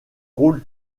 rôle